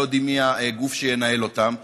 ולא יודעים מי הגוף שינהל אותם,